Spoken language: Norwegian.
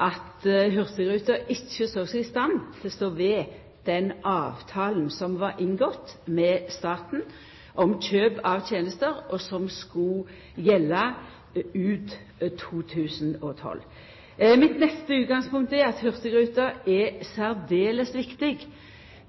at Hurtigruten ikkje så seg i stand til å stå ved den avtalen som var inngått med staten om kjøp av tenester, og som skulle gjelda ut 2012. Mitt neste utgangspunkt er at hurtigruta er særdeles viktig. Ho